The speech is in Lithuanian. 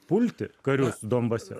pulti karius donbase